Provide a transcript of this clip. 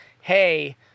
hey